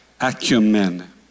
acumen